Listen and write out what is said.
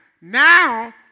now